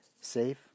safe